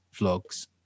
Vlogs